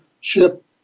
ship